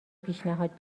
پیشنهاد